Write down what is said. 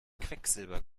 quecksilber